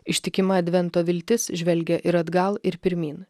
ištikima advento viltis žvelgia ir atgal ir pirmyn